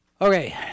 Okay